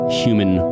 human